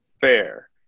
fair